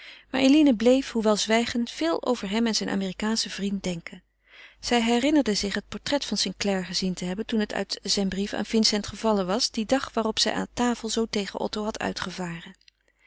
maar eline bleef hoewel zwijgend veel over hem en zijn amerikaanschen vriend denken zij herinnerde zich het portret van st clare gezien te hebben toen het uit zijn brief aan vincent gevallen was dien dag waarop zij aan tafel zoo tegen otto had uitgevaren